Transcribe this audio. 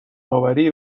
آوری